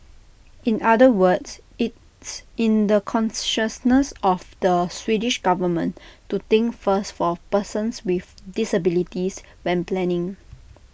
in other words it's in the consciousness of the Swedish government to think first for persons with disabilities when planning